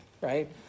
Right